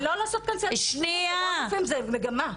זה מגמה.